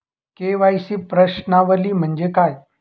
KYC प्रश्नावली म्हणजे काय?